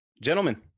Gentlemen